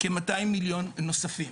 כ-200,000,000 נוספים.